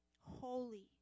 Holy